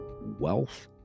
wealth